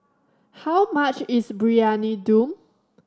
how much is Briyani Dum